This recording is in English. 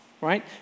right